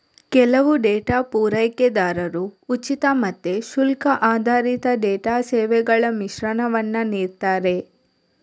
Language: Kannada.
ಕೆಲವು ಡೇಟಾ ಪೂರೈಕೆದಾರರು ಉಚಿತ ಮತ್ತೆ ಶುಲ್ಕ ಆಧಾರಿತ ಡೇಟಾ ಸೇವೆಗಳ ಮಿಶ್ರಣವನ್ನ ನೀಡ್ತಾರೆ